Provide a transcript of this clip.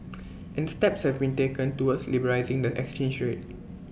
and steps have been taken towards liberalising the exchange rate